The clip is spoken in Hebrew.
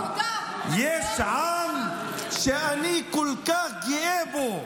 יש עם שאני כל כך גאה בו,